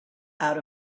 out